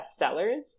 bestsellers